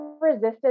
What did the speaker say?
resisted